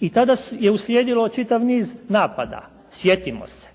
i tada je uslijedilo čitav niz napada. Sjetimo se,